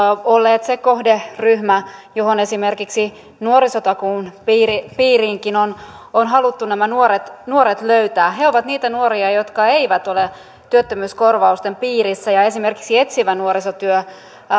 olleet se kohderyhmä josta esimerkiksi nuorisotakuun piiriinkin on on haluttu nämä nuoret nuoret löytää he ovat niitä nuoria jotka eivät ole työttömyyskorvausten piirissä ja esimerkiksi etsivä nuorisotyö